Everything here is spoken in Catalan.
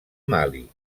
mali